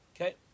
Okay